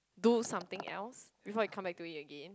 do something else before you come back to it again